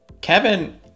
Kevin